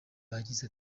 yagize